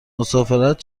مسافرت